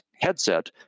Headset